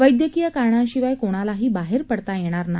वैद्यकीय कारणाशिवाय कोणालाही बाहेर पडता येणार नाही